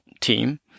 team